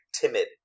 timid